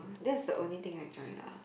that's the only thing I join lah